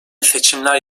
seçimler